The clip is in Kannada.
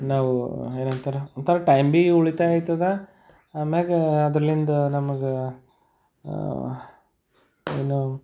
ನಾವು ಏನಂತಾರೆ ಒಂಥರ ಟೈಮ್ ಭೀ ಉಳಿತಾಯ ಆಯ್ತದ ಆಮ್ಯಾಗ ಅದರ್ಲಿಂದ ನಮ್ಗೆ ಏನು